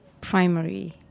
Primary